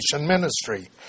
ministry